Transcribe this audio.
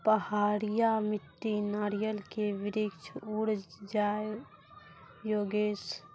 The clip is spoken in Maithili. पहाड़िया मिट्टी नारियल के वृक्ष उड़ जाय योगेश?